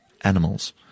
animals